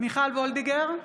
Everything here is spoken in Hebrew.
מיכל וולדיגר,